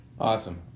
Awesome